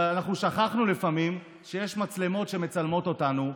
אבל אנחנו שכחנו לפעמים שיש מצלמות שמצלמות אותנו,